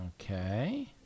Okay